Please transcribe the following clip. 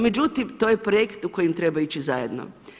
Međutim to je projekt u kojem treba ići zajedno.